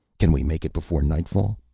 can we make it before nightfall?